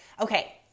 Okay